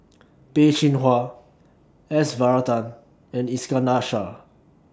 Peh Chin Hua S Varathan and Iskandar Shah